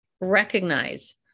recognize